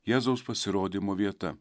jėzaus pasirodymo vieta